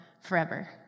forever